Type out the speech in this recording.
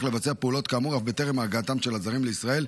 לבצע פעולות כאמור אף בטרם הגעתם של הזרים לישראל.